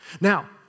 Now